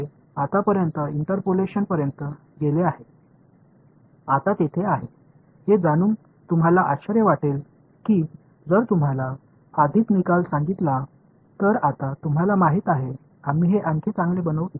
तर हे आतापर्यंत इंटरपोलेशनपर्यंत गेले आहे आता तेथे आहे हे जाणून तुम्हाला आश्चर्य वाटेल की मी जर तुम्हाला आधीच निकाल सांगितला तर आता तुम्हाला माहित आहे आम्ही हे आणखी चांगले बनवू इच्छितो